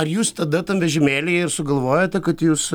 ar jūs tada tam vežimėlyje ir sugalvojote kad jūs